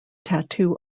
tattoo